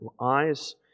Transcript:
eyes